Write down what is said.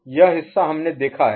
यह हिस्सा हमने देखा है